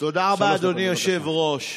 תודה רבה, אדוני היושב-ראש.